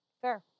Fair